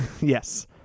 Yes